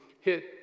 hit